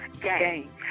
game